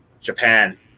Japan